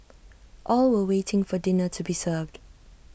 all were waiting for dinner to be served